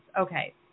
Okay